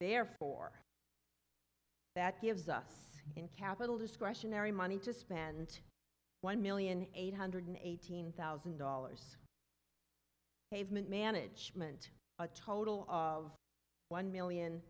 therefore that gives us in capital discretionary money to spend one million eight hundred eighteen thousand dollars pavement management a total of one million